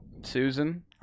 Susan